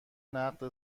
نقد